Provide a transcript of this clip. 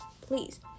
please